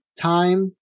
time